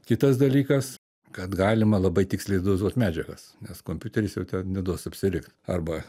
kitas dalykas kad galima labai tiksliai dozuot medžiagas nes kompiuteris jau ten neduos apsirikt arba